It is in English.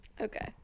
Okay